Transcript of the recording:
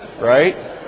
right